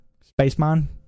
spaceman